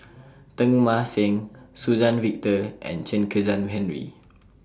Teng Mah Seng Suzann Victor and Chen Kezhan Henri